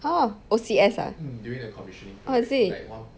!huh! O_C_S ah oh is it